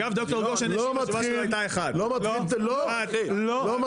לא מתחיל את הדיון.